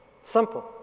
Simple